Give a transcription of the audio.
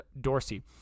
Dorsey